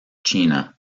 china